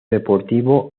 deportivo